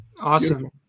Awesome